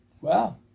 Wow